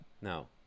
No